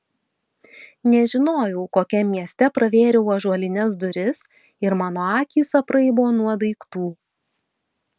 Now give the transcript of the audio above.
nežinojau kokiam mieste pravėriau ąžuolines duris ir mano akys apraibo nuo daiktų